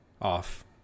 off